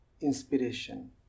inspiration